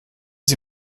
sie